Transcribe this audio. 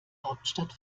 hauptstadt